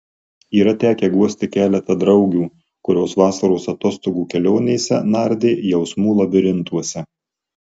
yra tekę guosti keletą draugių kurios vasaros atostogų kelionėse nardė jausmų labirintuose